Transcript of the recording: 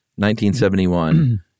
1971